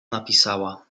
napisała